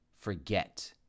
forget